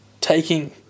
taking